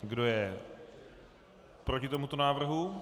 Kdo je proti tomuto návrhu?